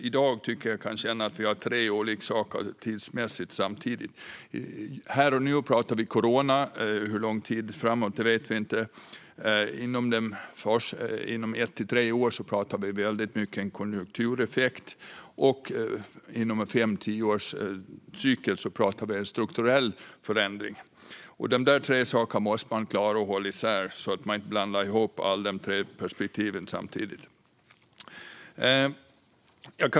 I dag tycker jag tidsmässigt att vi har tre olika saker samtidigt. Här och nu pratar vi om corona, men för hur lång tid framöver vet vi inte. Vi pratar mycket om en konjunktureffekt inom ett till tre år. Vi pratar också om en strukturell förändring inom en fem eller tioårscykel. Dessa tre saker måste man klara att hålla isär så att man inte blandar ihop de tre perspektiven.